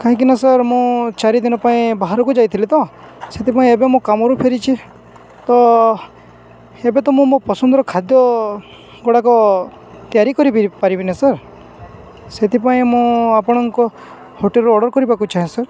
କାହିଁକିନା ସାର୍ ମୁଁ ଚାରି ଦିନ ପାଇଁ ବାହାରକୁ ଯାଇଥିଲି ତ ସେଥିପାଇଁ ଏବେ ମୋ କାମରୁ ଫେରିଛି ତ ଏବେ ତ ମୁଁ ମୋ ପସନ୍ଦର ଖାଦ୍ୟ ଗୁଡ଼ାକ ତିଆରି କରିିବି ପାରିବିନି ସାର୍ ସେଥିପାଇଁ ମୁଁ ଆପଣଙ୍କ ହୋଟେଲ୍ରୁ ଅର୍ଡ଼ର୍ କରିବାକୁ ଚାହେଁ ସାର୍